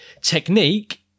Technique